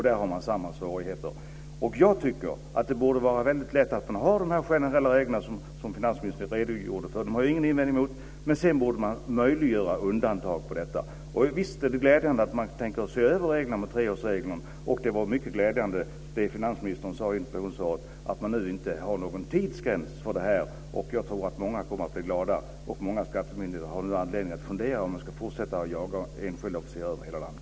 Där har man samma svårigheter. Jag har ingen invändning mot att man ska ha de generella regler som finansministern redogjorde för. Men sedan borde man möjliggöra undantag från dessa. Visst är det glädjande att man tänker se över den här treårsregeln. Det som finansministern sade i interpellationssvaret om att man nu inte har någon tidsgräns var mycket glädjande. Jag tror att många kommer att bli glada. Många skattemyndigheter får nu anledning att fundera över om de ska fortsätta att jaga enskilda officerare över hela landet.